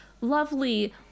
lovely